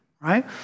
right